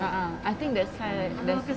ah ah I think that's why that's